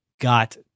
got